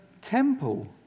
temple